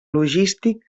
logístic